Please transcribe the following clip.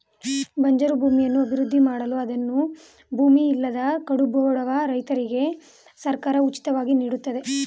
ಬಂಜರು ಭೂಮಿಯನ್ನು ಅಭಿವೃದ್ಧಿ ಮಾಡಲು ಅದನ್ನು ಭೂಮಿ ಇಲ್ಲದ ಕಡುಬಡವ ರೈತರಿಗೆ ಸರ್ಕಾರ ಉಚಿತವಾಗಿ ನೀಡುತ್ತದೆ